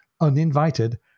uninvited